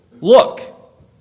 Look